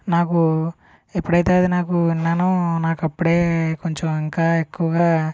నాకు ఎప్పుడైతే అది నాకు విన్నాను నాకు అప్పుడే కొంచెం ఇంకా ఎక్కువగా